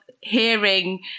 hearing